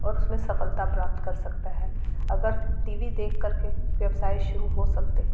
और उस में सफलता प्राप्त कर सकता है अगर टी वी देख कर के व्यवसाय शुरू हो सकते